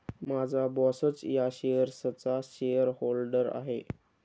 माझा बॉसच या शेअर्सचा शेअरहोल्डर आहे